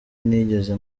nigeze